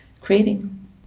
creating